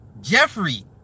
Jeffrey